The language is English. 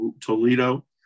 Toledo